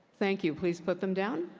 thank you. please put them down.